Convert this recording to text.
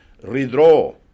redraw